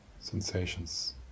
sensations